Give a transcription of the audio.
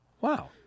Wow